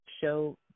show